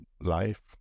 life